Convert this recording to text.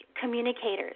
Communicators